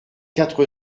quatre